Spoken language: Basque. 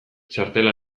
txartela